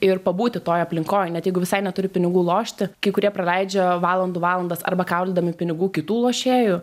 ir pabūti toj aplinkoj net jeigu visai neturi pinigų lošti kai kurie praleidžia valandų valandas arba kaulydami pinigų kitų lošėjų